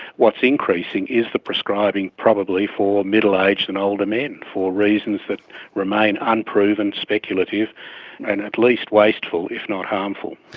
what is increasing is the prescribing probably for middle-aged and older men, for reasons that remain unproven, speculative and at least wasteful, if not harmful.